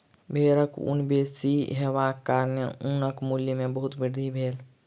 भेड़क ऊन बेसी हेबाक कारणेँ ऊनक मूल्य में बहुत वृद्धि भेल